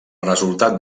resultat